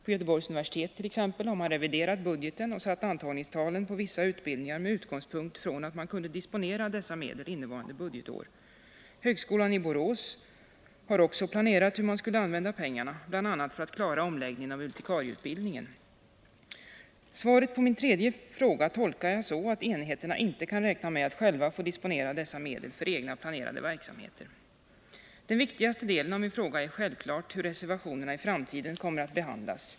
På Göteborgs universitet t.ex. har man reviderat budgeten och satt antagningstalen på vissa utbildningar med utgångspunkt i att man kunde disponera dessa medel innevarande budgetår. Högskolan i Borås har också planerat hur man skulle använda pengarna, bl.a. för att klara omläggningen av biblioteksutbildningen. Svaret på min tredje fråga tolkar jag så, att enheterna inte kan räkna med att själva få disponera medel för egna planerade verksamheter. Den viktigaste delen av min fråga är självfallet hur reservationerna i framtiden kommer att behandlas.